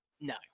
No